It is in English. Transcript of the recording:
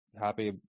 happy